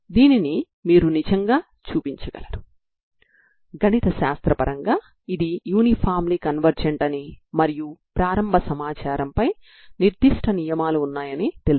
అయినప్పుడు ఈ సాధారణ పరిష్కారంలో ఉన్న An మరియు Bn ఏమిటో నాకు తెలుసు